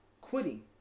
quitting